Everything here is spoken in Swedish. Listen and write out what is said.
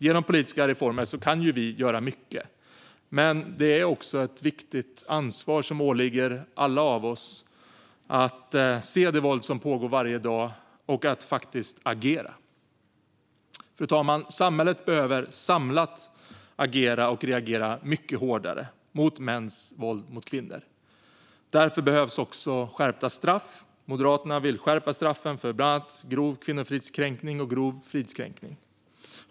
Genom politiska reformer kan vi göra mycket, men det åligger oss alla ett ansvar att se det våld som pågår varje dag och att faktiskt agera. Fru talman! Samhället behöver samlat agera och reagera mycket hårdare mot mäns våld mot kvinnor. Därför behövs också skärpta straff. Moderaterna vill skärpa straffen för bland annat grov kvinnofridskränkning och grov fridskränkning.